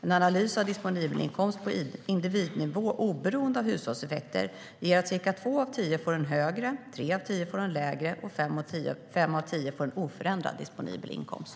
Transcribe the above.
En analys av disponibelinkomst på individnivå oberoende av hushållseffekter ger att cirka två av tio får en högre, tre av tio får en lägre och fem av tio får en oförändrad disponibelinkomst.